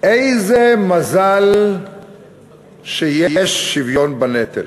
איזה מזל שיש שוויון בנטל.